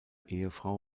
ehefrau